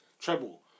treble